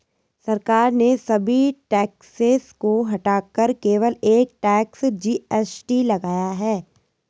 सरकार ने सभी टैक्सेस को हटाकर केवल एक टैक्स, जी.एस.टी लगाया है